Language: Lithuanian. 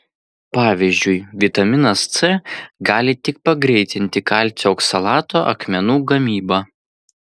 pavyzdžiui vitaminas c gali tik pagreitinti kalcio oksalato akmenų gamybą